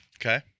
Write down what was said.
Okay